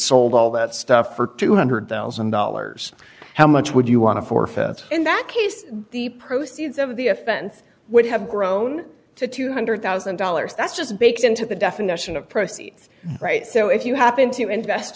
sold all that stuff for two hundred thousand dollars how much would you want to forfeit in that case the proceeds of the offense would have grown to two hundred thousand dollars that's just baked into the definite of proceeds right so if you happen to invest